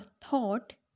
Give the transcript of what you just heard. thought